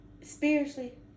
spiritually